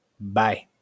Bye